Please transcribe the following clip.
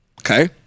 Okay